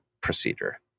Procedure